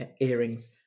earrings